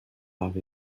laugh